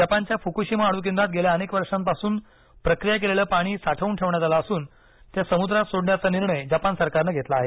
जपानच्या फुकुशिमा अणु केंद्रात गेल्या अनेक वर्षांपासून प्रक्रिया केलेले पाणी साठवून ठेवण्यात आलं असून ते समुद्रात सोडण्याचा निर्णय जपान सरकारनं घेतला आहे